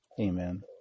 Amen